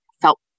felt